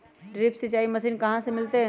Drip सिंचाई machine कहाँ से मिलतै?